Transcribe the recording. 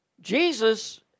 Jesus